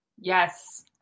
yes